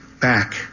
back